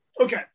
Okay